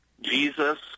Jesus